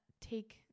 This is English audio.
take